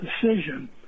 decision